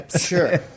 sure